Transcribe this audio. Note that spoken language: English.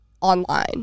Online